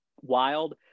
wild